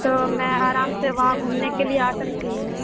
تو میں آرام سے وہاں گھومنے کے لیے آ سکتی ہوں